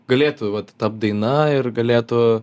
galėtų vat tapt daina ir galėtų